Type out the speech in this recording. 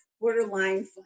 borderline